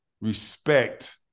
respect